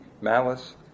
malice